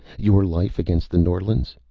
your life against the norlands?